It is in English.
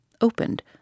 opened